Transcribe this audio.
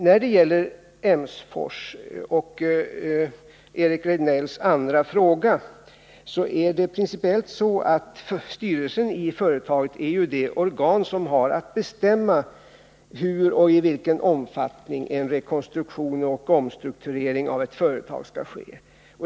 När det gäller Emsfors och Eric Rejdnells fråga är det principiellt så att styrelsen i ett företag är det organ som bestämmer hur en rekonstruktion och i vilken omfattning en omstrukturering skall ske.